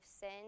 sin